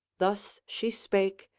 thus she spake,